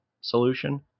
solution